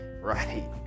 right